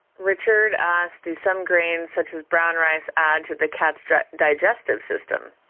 richard asked, do some grains such as brown rice add to the cat's digestive system?